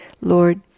Lord